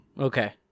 okay